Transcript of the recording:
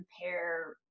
compare